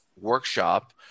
workshop